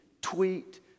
tweet